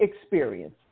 experience